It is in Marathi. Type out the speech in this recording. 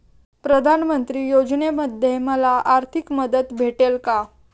प्रधानमंत्री योजनेमध्ये मला आर्थिक मदत भेटेल का?